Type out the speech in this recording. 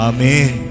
Amen